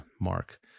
mark